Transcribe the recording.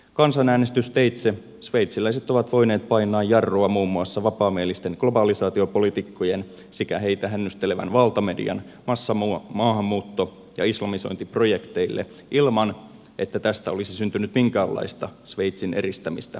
kansanäänestysteitse sveitsiläiset ovat voineet painaa jarrua muun muassa vapaamielisten globalisaatiopoliitikkojen sekä heitä hännystelevän valtamedian massamaahanmuutto ja islamisointiprojekteille ilman että tästä olisi syntynyt minkäänlaista sveitsin eristämistä kansainvälisestä yhteisöstä